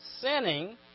sinning